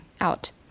out